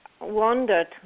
Wondered